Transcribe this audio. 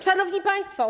Szanowni Państwo!